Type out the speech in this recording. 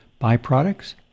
byproducts